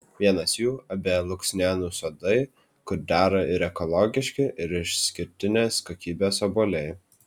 vienas jų ab luksnėnų sodai kur dera ir ekologiški ir išskirtinės kokybės obuoliai